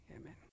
Amen